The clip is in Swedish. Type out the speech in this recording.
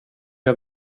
jag